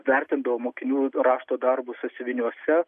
vertindavo mokinių rašto darbus sąsiuviniuose